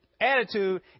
attitude